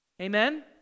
Amen